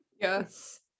yes